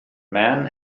men